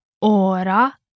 ora